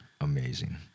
amazing